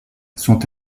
sont